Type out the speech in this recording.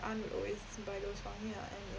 aunt will always buy those for me lah and it